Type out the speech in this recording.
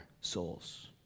souls